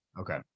Okay